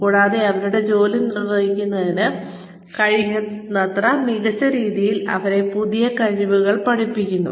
കൂടാതെ അവരുടെ ജോലി നിർവഹിക്കുന്നതിന് കഴിയുന്നത്ര മികച്ച രീതിയിൽ അവരെ പുതിയ കഴിവുകൾ പഠിപ്പിക്കുന്നു